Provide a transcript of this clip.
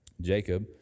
Jacob